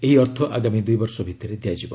ଏହି ଅର୍ଥ ଆଗାମୀ ଦୁଇବର୍ଷ ଭିତରେ ଦିଆଯିବ